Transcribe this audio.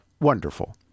Wonderful